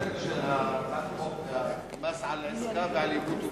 הכותרת של הצעת החוק, המס על עסקה ועל יבוא טובין,